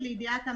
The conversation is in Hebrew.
אם תצרפו אותם.